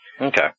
Okay